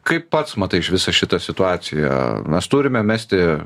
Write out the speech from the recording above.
kaip pats matai iš visą šitą situaciją mes turime mesti